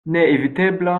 neevitebla